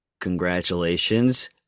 congratulations